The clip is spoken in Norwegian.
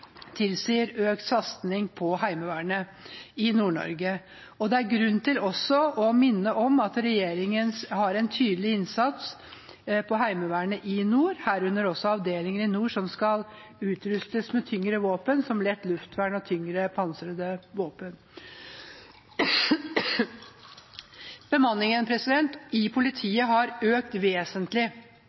tilsier økt satsing på Heimevernet i Nord-Norge. Det er også grunn til å minne om at regjeringen har en tydelig satsing på Heimevernet i nord, herunder at avdelinger i nord skal utrustes med tyngre våpen, som lett luftvern og tyngre panservernvåpen. Bemanningen i politiet har økt vesentlig,